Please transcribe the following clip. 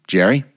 Jerry